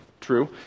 true